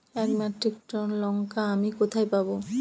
এক metric ton লঙ্কা আমি কোথায় পাবো?